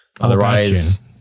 Otherwise